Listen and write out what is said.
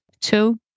Two